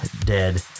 dead